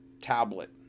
tablet